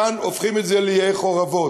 כאן הופכים את זה לעיי חורבות.